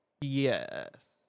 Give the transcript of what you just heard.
Yes